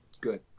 Good